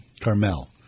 Carmel